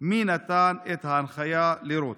4. מי נתן את ההנחיה לירות?